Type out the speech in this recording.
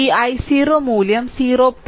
ഈ i0 മൂല്യം 0